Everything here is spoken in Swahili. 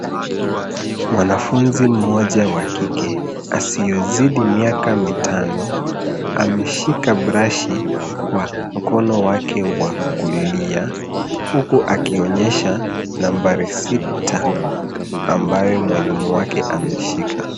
Mwanafunzi mmoja wa kike asiyezidi miaka mitano ameshika brashi kwa mkono wake wa kulia huku akionyesha nambari sita ambaye mwalimu wake ameshika.